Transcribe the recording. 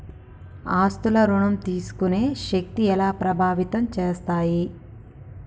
ఆస్తుల ఋణం తీసుకునే శక్తి ఎలా ప్రభావితం చేస్తాయి?